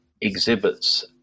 exhibits